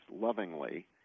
lovingly